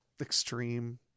extreme